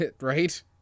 Right